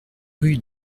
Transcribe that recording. rue